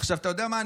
עכשיו, אתה יודע מה?